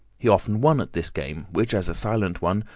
he often won at this game, which, as a silent one,